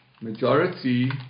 majority